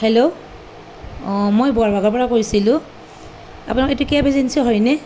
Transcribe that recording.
hello অঁ মই বৰভাগাৰপৰা কৈছিলোঁ আপোনালোকৰ এইটো কেব এজেন্সী হয়নে